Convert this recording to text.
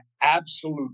absolute